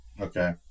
Okay